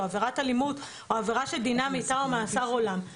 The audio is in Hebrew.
או עבירת אלימות או עבירה שדינה מאסר עולם,